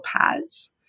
pads